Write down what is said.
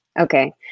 Okay